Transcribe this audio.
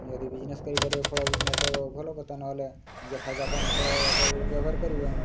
ପୁଣି ଯଦି ବିଜନେସ୍ କରିପାରିବେ ଫଳ ବିଜନେସ୍ ଭଲ କଥା ନହେଲେ ନିଜେ ଖାଇବା ପାଇଁ ଫଳ ସବୁ ବ୍ୟବହାର କରିବେ